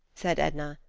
said edna.